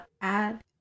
Add